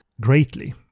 greatly